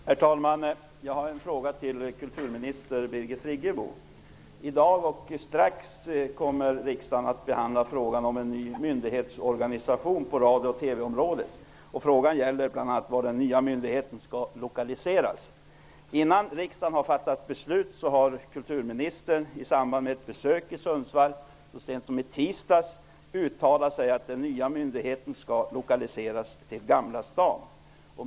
Herr talman! Jag har en fråga till kulturminister Birgit Friggebo. Alldeles strax i dag kommer riksdagen att behandla frågan om en ny myndighetsorganisation på radio och TV området. Frågan gäller bl.a. var den nya myndigheten skall lokaliseras. Innan riksdagen har fattat beslut har kulturministern i samband med ett besök i Sundsvall så sent som i tisdags uttalat att den nya myndigheten skall lokaliseras till Gamla stan.